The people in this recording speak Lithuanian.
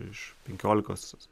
iš penkiolikos